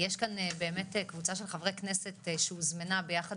יש כאן קבוצה של חברי כנסת שהוזמנה ביחד